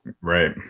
Right